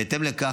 בהתאם לכך,